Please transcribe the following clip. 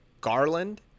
Garland